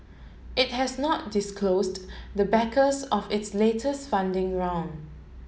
it has not disclosed the backers of its latest funding round